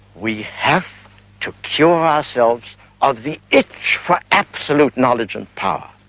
we have to cure ourselves of the itch for absolute knowledge and power.